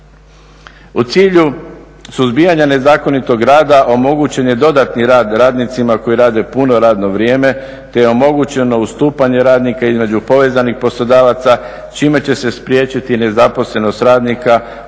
U cilju suzbijanja nezakonitog rada omogućen je dodatni rad radnicima koji rade puno radno vrijeme te je omogućeno ustupanje radnika između povezanih poslodavaca, čime će se spriječiti nezaposlenost radnika u